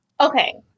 Okay